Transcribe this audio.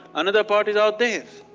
another part is out there.